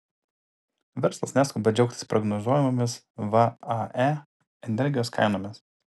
verslas neskuba džiaugtis prognozuojamomis vae energijos kainomis